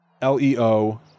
L-E-O